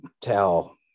tell